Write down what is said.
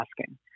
asking